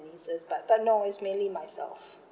nieces but but no is mainly myself